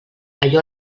allò